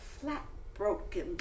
flat-broken